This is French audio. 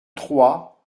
trois